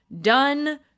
Done